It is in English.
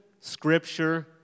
Scripture